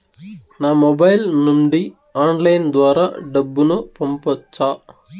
నా మొబైల్ నుండి ఆన్లైన్ ద్వారా డబ్బును పంపొచ్చా